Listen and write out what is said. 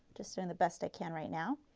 just doing the best i can right now.